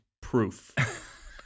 proof